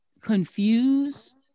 confused